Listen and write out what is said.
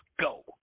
go